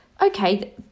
okay